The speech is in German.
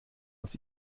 aus